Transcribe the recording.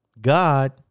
God